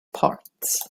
parts